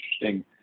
interesting